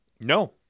No